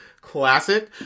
classic